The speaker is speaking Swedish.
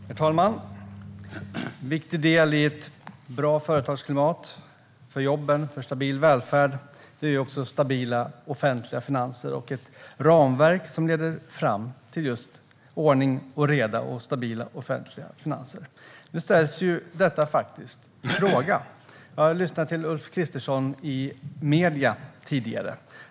Herr talman! En viktig del i ett bra företagsklimat, för jobben och för stabil välfärd är också stabila offentliga finanser och ett ramverk som leder fram till just ordning och reda och stabila offentliga finanser. Nu ställs ju detta faktiskt i fråga. Jag har lyssnat till Ulf Kristerssons tidigare uttalanden i medier.